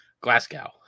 Glasgow